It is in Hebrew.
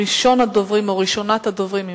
ראשונת הדוברים,